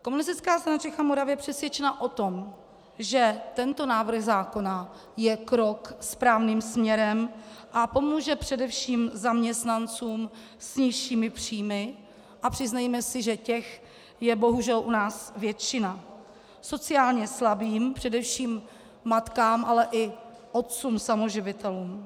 Komunistická strana Čech a Moravy je přesvědčena o tom, že tento návrh zákona je krok správným směrem a pomůže především zaměstnancům s nižšími příjmy, a přiznejme si, že těch je bohužel u nás většina, sociálně slabým, především matkám, ale i otcům samoživitelům.